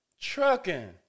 trucking